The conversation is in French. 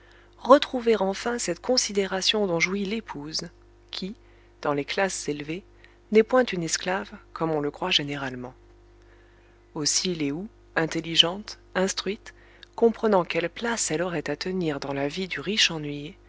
retrouver enfin cette considération dont jouit l'épouse qui dans les classes élevées n'est point une esclave comme on le croit généralement aussi lé ou intelligente instruite comprenant quelle place elle aurait à tenir dans la vie du riche ennuyé